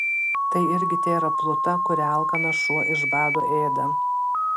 tai irgi tėra pluta kurią alkanas šuo iš bado ėda